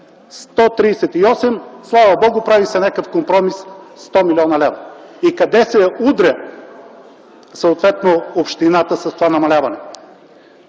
лв. Слава Богу, прави се някакъв компромис – 100 милиона лева. И къде се удря съответно общината с това намаляване?